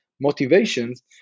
motivations